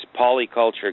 polyculture